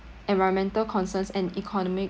environmental concerns and economic